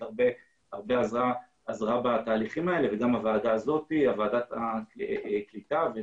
עזרה רבות בתהליכים האלה וגם וועדת הקליטה של הכנסת,